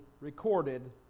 recorded